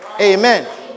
Amen